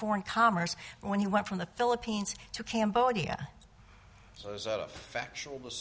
foreign commerce when he went from the philippines to cambodia so